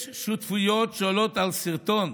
יש שותפויות שעולות על שרטון,